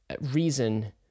reason